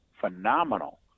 phenomenal